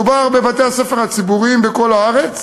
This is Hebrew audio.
מדובר בבתי-הספר הציבוריים בכל הארץ,